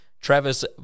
Travis